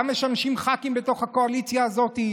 משמשים גם ח"כים בתוך הקואליציה הזאת.